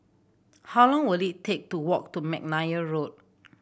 how long will it take to walk to McNair Road